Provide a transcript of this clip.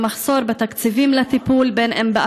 לא מאות ואלפים של כלי נשק חדשים יגיעו למרחב